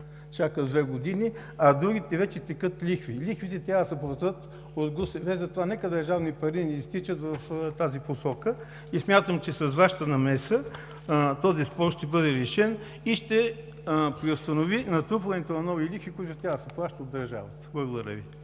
чака две години, а на другите вече текат лихви. Лихвите трябва да се платят от ГУСВ, затова нека държавни пари не изтичат в тази посока. Смятам, че с Вашата намеса този спор ще бъде решен и ще преустанови натрупването на нови лихви, които трябва да се плащат от държавата. Благодаря Ви.